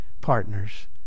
partners